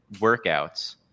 workouts